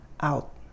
out